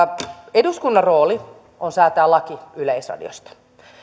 eduskunnan rooli on säätä laki yleisradiosta